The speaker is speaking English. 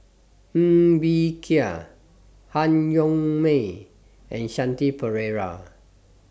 Ng Bee Kia Han Yong May and Shanti Pereira